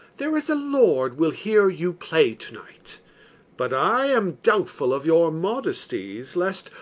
there is a lord will hear you play to-night but i am doubtful of your modesties, lest,